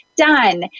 Done